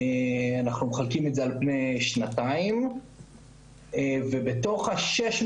אנחנו מחלקים את זה על פני שנתיים ובתוך ה-600